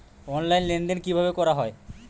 Online লেনদেন কিভাবে করা হয়?